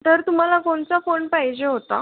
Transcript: तर तुम्हाला कोणचा फोन पाहिजे होता